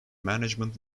management